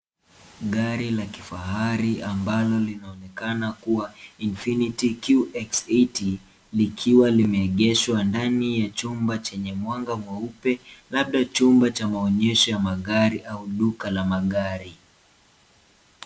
Gari la kifahari ambalo linaonekana kuwa infinity QX80 likiwa limeegeshwa ndani ya chumba chenye mwanga mweupe labda chumba cha maonyesho ya magari au duka la magari.